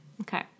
Okay